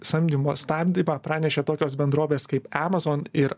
samdymo stabdymą pranešė tokios bendrovės kaip amazon ir